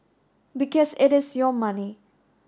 because it is your money